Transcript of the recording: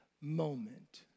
moment